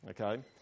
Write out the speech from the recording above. okay